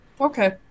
Okay